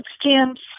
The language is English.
stamps